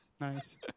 Nice